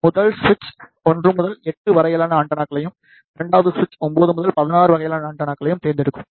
முதல் சுவிட்ச் 1 முதல் 8 வரையிலான ஆண்டெனாக்களையும் இரண்டாவது சுவிட்ச் 9 முதல் 16 வரையிலான ஆண்டெனாவையும் தேர்ந்தெடுக்கவும்